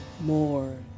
More